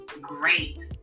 great